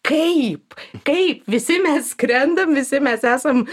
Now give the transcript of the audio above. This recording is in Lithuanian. kaip kaip visi mes skrendam visi mes esam